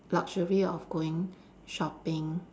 luxury of going shopping